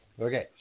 Okay